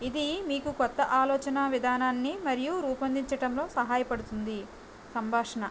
ఇది మీకు కొత్త ఆలోచన విధానాన్ని మరియు రూపొందించటంలో సహాయ పడుతుంది సంభాషణ